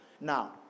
now